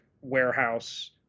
warehouse